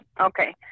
Okay